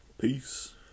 Peace